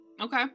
Okay